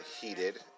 heated